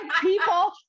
people